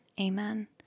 amen